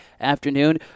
afternoon